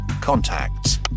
Contacts